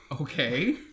Okay